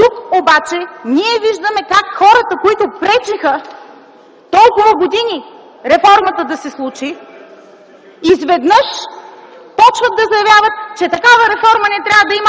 Тук обаче виждаме как хората, които пречеха толкова години реформата да се случи, изведнъж почват да заявяват, че такава реформа не трябва да има,